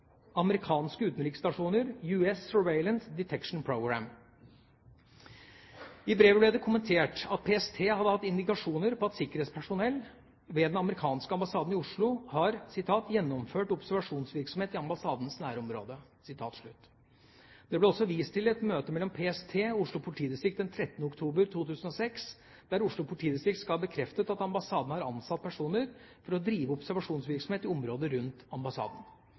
utenriksstasjoner – «US surveillance detection program»». I brevet ble det kommentert at PST har hatt indikasjoner på at sikkerhetspersonell ved den amerikanske ambassaden i Oslo har «gjennomført observasjonsvirksomhet i ambassadens nærområde». Det ble også vist til et møte mellom PST og Oslo politidistrikt den 13. oktober 2006, der Oslo politidistrikt skal ha bekreftet at ambassaden har ansatt personer for å drive observasjonsvirksomhet i området rundt ambassaden.